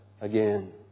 again